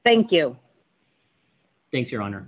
thank you think your honor